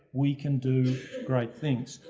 we can do great things.